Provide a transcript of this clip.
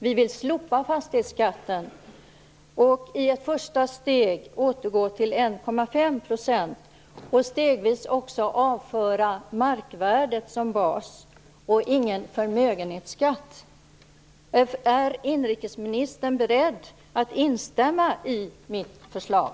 Vi vill slopa fastighetsskatten och i ett första steg återgå till 1,5 %. Vi vill stegvis avföra markvärdet som bas och inte ha någon förmögenhetsskatt. Är inrikesministern beredd att instämma i mitt förslag?